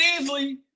easily